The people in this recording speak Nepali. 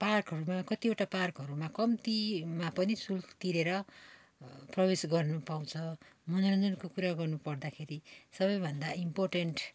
पार्कहरूमा कतिवटा पार्कहरूमा कम्तीमा पनि शुल्क तिरेर प्रवेश गर्नु पाउँछ मनोरञ्जनको कुरा गर्नु पर्दाखेरि सबभन्दा इमपोर्टेन्ट